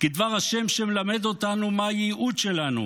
כדבר השם, שמלמד אותנו מה הייעוד שלנו,